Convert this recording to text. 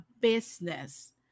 business